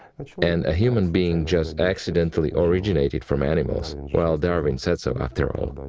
and a human being just accidentally originated from animals. well, darwin said so after all.